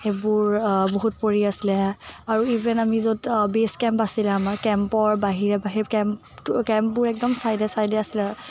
সেইবোৰ বহুত পৰি আছিলে আৰু ইভেন আমি য'ত আ বেছ কেম্প আছিলে আমাৰ কেম্পৰ বাহিৰে বাহিৰে কেম্পটো কেম্পবোৰ একদম ছাইদে ছাইদে আছিলে